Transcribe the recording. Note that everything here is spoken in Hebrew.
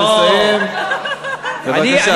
תסיים בבקשה.